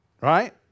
Right